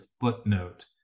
footnote